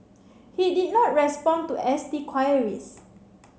he did not respond to S T queries